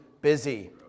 busy